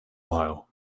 mile